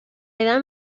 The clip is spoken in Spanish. edad